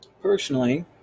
Personally